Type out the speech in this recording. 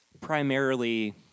primarily